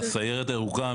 הסיירת הירוקה,